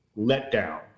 letdown